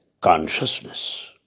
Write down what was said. consciousness